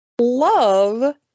love